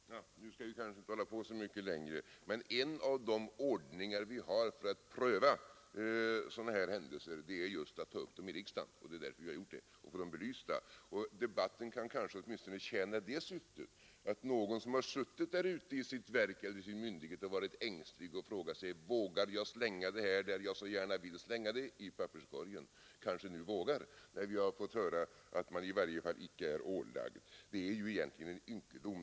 Herr talman! Nu bör vi kanske inte hålla på så mycket längre med detta, men en av de ordningar som finns för att pröva sådana händelser är just att ta upp dem i riksdagen — och det är därför vi har gjort det — och få dem belysta. Och debatten kan kanske åtminstone tjäna det syftet att någon som har suttit ute i sitt verk eller sin myndighet och ängsligt frågat sig, om han skulle våga slänga brevet i papperskorgen, nu kommer att våga göra det, sedan vi har fått höra att man i varje fall icke är ålagd att lyda uppmaningen.